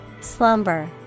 slumber